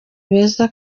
beza